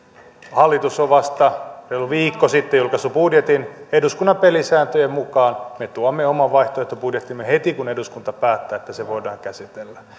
hallitus on vasta reilu viikko sitten julkaissut budjetin eduskunnan pelisääntöjen mukaan me tuomme oman vaihtoehtobudjettimme heti kun eduskunta päättää että se voidaan käsitellä